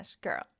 girl